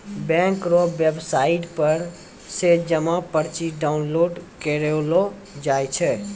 bank रो website पर से जमा पर्ची डाउनलोड करेलो जाय छै